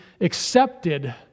accepted